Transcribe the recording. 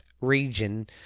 Region